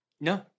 no